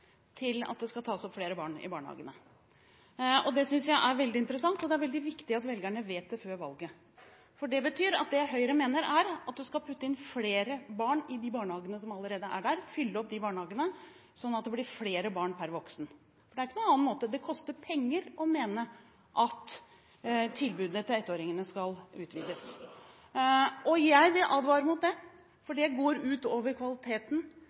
til opptak av flere barn i barnehagene. Det synes jeg er veldig interessant. Det er viktig at velgerne vet det før valget, for det betyr at det Høyre mener, er at en skal putte flere barn i de barnehagene som allerede er der – fylle opp de barnehagene – sånn at det blir flere barn per voksen. Det er ikke noen annen måte – det koster penger å mene at tilbudene til ettåringene skal utvides. Jeg vil advare mot det, for det går ut over kvaliteten